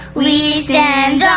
we stand